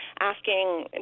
asking